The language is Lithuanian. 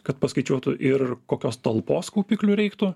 kad paskaičiuotų ir kokios talpos kaupiklių reiktų